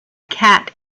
cat